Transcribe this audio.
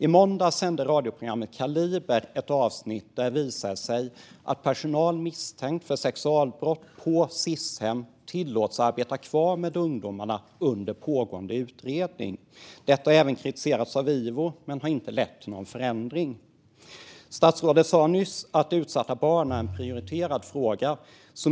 I måndags sände radioprogrammet Kaliber ett avsnitt där det framgick att personal som misstänks för sexualbrott på Sis-hem tillåts arbeta kvar med ungdomarna under pågående utredning. Detta har även kritiserats av Ivo, men det har inte lett till någon förändring. Statsrådet sa nyss att utsatta barn är en prioriterad fråga.